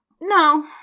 no